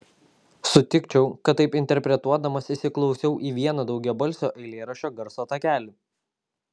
sutikčiau kad taip interpretuodamas įsiklausiau į vieną daugiabalsio eilėraščio garso takelį